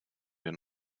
wir